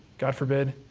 god forbid